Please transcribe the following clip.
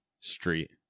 Street